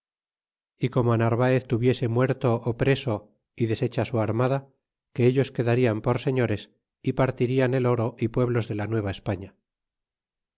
y como narvaez tuviese muerto ó preso y deshecha su armada que ellos quedarían por señores y partirian el oro y pueblos de la